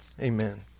amen